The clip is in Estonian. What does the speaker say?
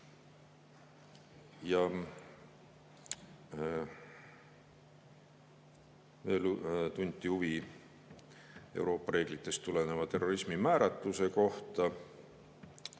tööd. Tunti huvi Euroopa reeglitest tuleneva terrorismi määratluse kohta.